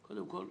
קודם כל חשדנות.